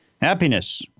Happiness